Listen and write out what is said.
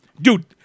Dude